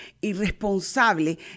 irresponsable